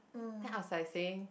then I was like saying